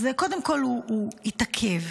קודם כול, הוא התעכב.